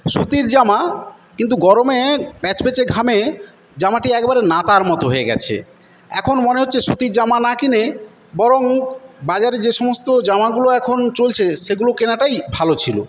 সুতির জামা কিন্তু গরমে প্যাচপ্যাচে ঘামে জামাটি একবারে নাতার মত হয়ে গেছে এখন মনে হচ্ছে সুতির জামা না কিনে বরং বাজারে যে সমস্ত জামাগুলো এখন চলছে সেগুলো কেনাটাই ভালো ছিল